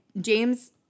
James